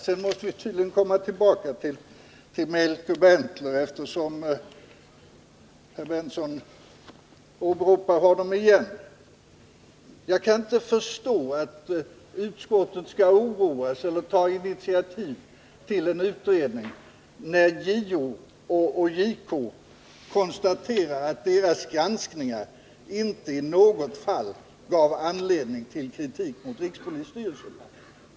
Sedan måste vi tydligen komma tillbaka till Melker Berntler, eftersom herr Berndtson åberopade honom igen. Jag kan inte förstå att utskottet skall oroas eller ta initiativ till en utredning när JO och JK konstaterat att deras granskningar inte i något fall gav anledning till kritik mot rikspolisstyrelsen.